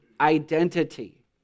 identity